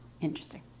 Interesting